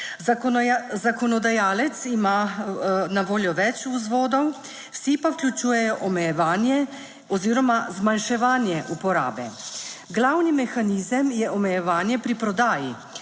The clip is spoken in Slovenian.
Zakonodajalec ima na voljo več vzvodov, vsi pa vključujejo omejevanje oziroma zmanjševanje uporabe. Glavni mehanizem je omejevanje pri prodaji.